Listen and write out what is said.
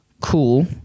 cool